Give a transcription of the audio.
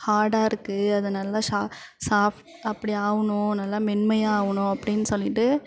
ஹார்டாயிருக்கு அது நல்லா சா சாஃப்ட் அப்படி ஆகணும் நல்லா மென்மையாக ஆகணும் அப்படின்னு சொல்லிகிட்டு